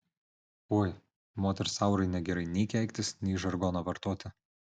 oi moters aurai negerai nei keiktis nei žargoną vartoti